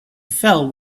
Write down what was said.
fell